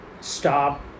stop